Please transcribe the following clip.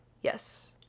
Yes